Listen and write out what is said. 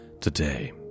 Today